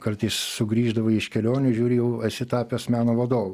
kartais sugrįždavai iš kelionių žiūri jau esi tapęs meno vadovu